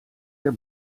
der